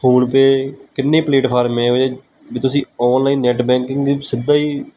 PhonePe ਕਿੰਨੇ platform ਇਹੋ ਜਿਹੇ ਵੀ ਤੁਸੀਂ ਔਨਲਾਈਨ ਨੈੱਟ ਬੈਂਕਿੰਗ ਦੀ ਸਿੱਧਾ ਹੀ